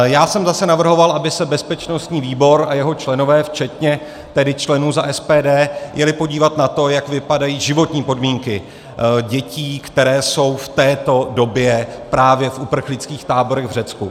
Já jsem zase navrhoval, aby se bezpečnostní výbor a jeho členové včetně tedy členů za SPD jeli podívat na to, jak vypadají životní podmínky dětí, které jsou v této době právě v uprchlických táborech v Řecku.